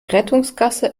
rettungsgasse